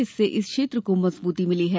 इससे इस क्षेत्र को मजबूती मिली है